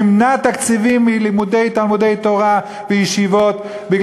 נמנע תקציבים מתלמודי-תורה וישיבות כי